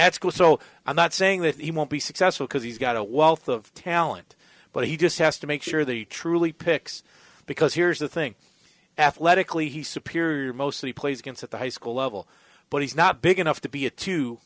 cool so i'm not saying that he won't be successful because he's got a wealth of talent but he just has to make sure that he truly picks because here's the thing athletically he superior mostly plays against the high school level but he's not big enough to be a two